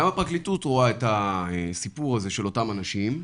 גם הפרקליטות רואה את הסיפור הזה של אותם אנשים,